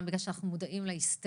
גם בגלל שאנחנו מודעים להיסטריה.